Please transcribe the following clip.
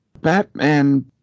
Batman